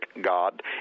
God